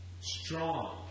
strong